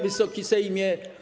Wysoki Sejmie!